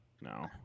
No